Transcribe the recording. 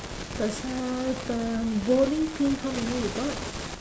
just now the bowling pin how many you got